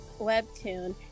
Webtoon